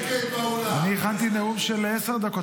אני הכנתי נאום של עשר דקות,